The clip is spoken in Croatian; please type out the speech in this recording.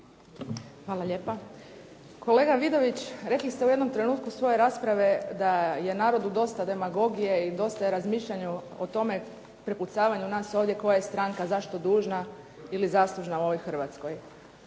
Hvala lijepa. Kolega Vidović, rekli ste u jednom trenutku svoje rasprave da je narodu dosta demagogije i dosta je razmišljanja o tome prepucavanju nas ovdje koja je stranka za što dužna ili zaslužna u ovoj Hrvatskoj.